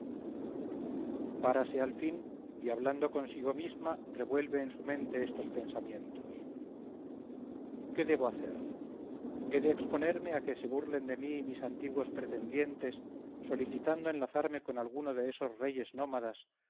párase al fin y hablando consigo misma revuelve en su mente estos pensamientos qué debo hacer he de exponerme a que se burlen de mí mis antiguos pretendientes solicitando enlazarme con alguno de esos reyes nómadas